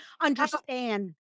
understand